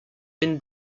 been